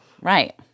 Right